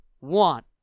want